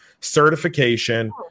certification